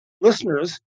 listeners